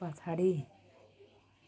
पछाडि